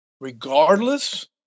regardless